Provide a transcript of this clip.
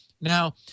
Now